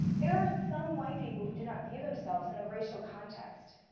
there are some white people who do not view themselves in a racial context.